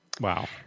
Wow